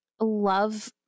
love